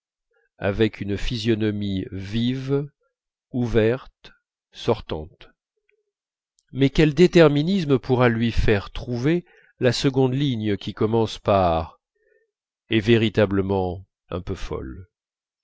avec une physionomie vive ouverte sortante mais quel déterminisme pourra lui faire trouver la seconde ligne qui commence par et véritablement un peu folle